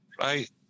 Right